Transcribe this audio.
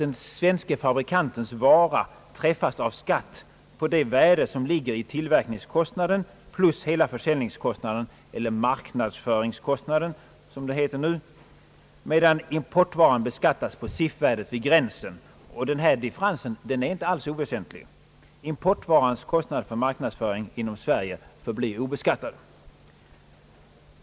Den svenske fabrikantens vara träffas nämligen av skatt på det värdet som ligger i till verkningskostnaden plus hela försäljningskostnaden — eller marknadsföringskostnaden som det heter nu — medan importvaran beskattas på cif-värdet vid gränsen. Denna differens är inte alls oväsentlig, eftersom importvarans kostnad för marknadsföring inom Sverige förblir obeskaitad.